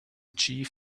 chief